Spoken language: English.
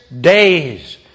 days